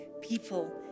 people